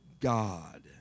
God